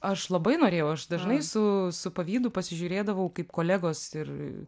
aš labai norėjau aš dažnai su su pavydu pasižiūrėdavau kaip kolegos ir